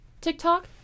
TikTok